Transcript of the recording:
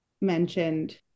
mentioned